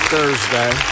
Thursday